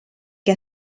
que